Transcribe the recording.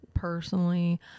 personally